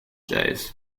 days